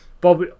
Bob